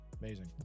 amazing